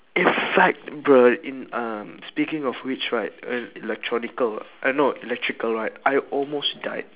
if like bruh in uh speaking of which right err eh no electrical right I almost died